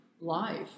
life